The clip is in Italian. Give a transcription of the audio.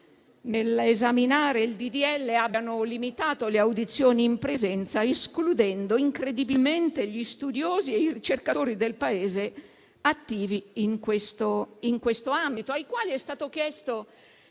nell'esaminare il disegno di legge, abbiano limitato le audizioni in presenza, escludendo incredibilmente gli studiosi e i ricercatori del Paese attivi in questo ambito, ai quali è stato chiesto